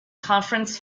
conference